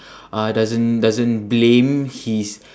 uh doesn't doesn't blame his